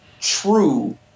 true